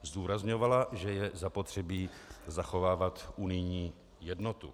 Zdůrazňovala, že je zapotřebí zachovávat unijní jednotu.